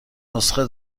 نسخه